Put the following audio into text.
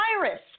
virus